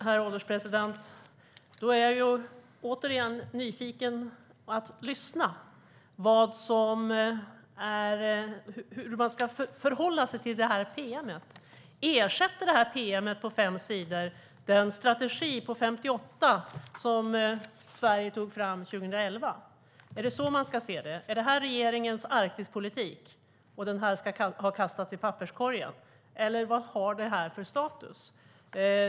Herr ålderspresident! Jag är återigen nyfiken på hur man ska förhålla sig till pm:et. Ersätter detta pm på fem sidor den strategi på 58 sidor som Sverige tog fram 2011? Är det så man ska se det? Är pm:et regeringens Arktispolitik medan strategin ska kastas i papperskorgen, eller vad har det för status?